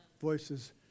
voices